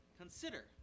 consider